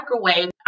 microwave